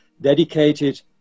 dedicated